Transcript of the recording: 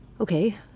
Okay